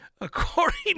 according